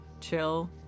chill